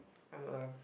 I'm a